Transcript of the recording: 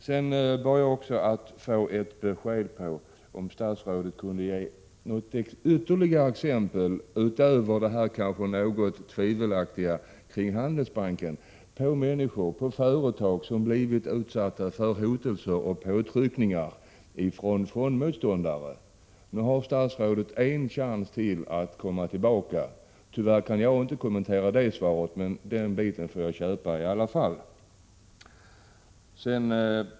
Jag bad också att få ett besked från statsrådet om han kunde ge ytterligare exempel, utöver det något tvivelaktiga om Handelsbanken, på människor och företag som blivit utsatta för hotelser och påtryckningar från fondmotståndare. Nu har statsrådet en chans till att komma tillbaka. Tyvärr kan jag inte kommentera svaret, men den biten får jag köpa i alla fall.